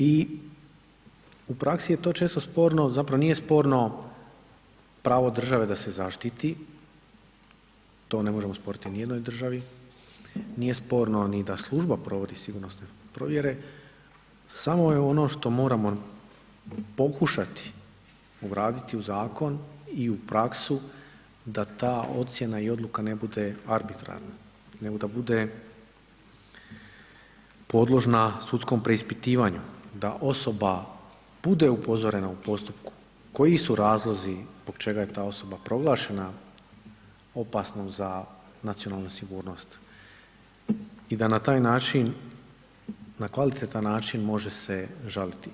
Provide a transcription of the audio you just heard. I u praksi je to često sporno, zapravo nije sporno pravo države da se zaštiti, to ne možemo osporiti ni u jednoj državi, nije sporno ni da služba provodi sigurnosne provjere samo je ono što moramo pokušati ugraditi u zakon i u praksu da ta ocjena i odluka ne bude arbitrarna nego da bude podložna sudskom preispitivanju, da osoba bude upozorena u postupku koji su razlozi zbog čega je ta osoba proglašena opasnom za nacionalnu sigurnost i da na taj način na kvalitetan način može se žaliti.